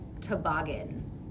Toboggan